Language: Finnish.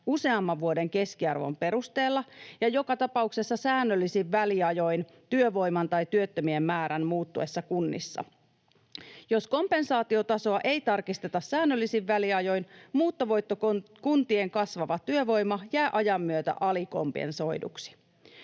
useamman vuoden keskiarvon perusteella ja joka tapauksessa säännöllisin väliajoin työvoiman tai työttömien määrän muuttuessa kunnissa. Jos kompensaatiotasoa ei tarkisteta säännöllisin väliajoin, muuttovoittokuntien kasvava työvoima jää ajan myötä alikompensoiduksi.